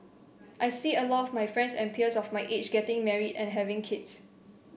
I see a lot my friends and peers of my age getting married and having kids